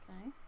okay